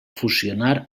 fusionar